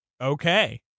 Okay